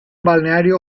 balneario